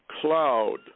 cloud